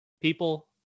people